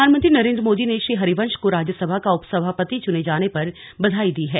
प्रधानमंत्री नरेन्द्र मोदी ने श्री हरिवंश को राज्यसभा का उपसभापति चुने जाने पर बधाई दी है